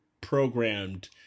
programmed